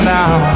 now